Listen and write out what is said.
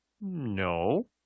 No